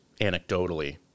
anecdotally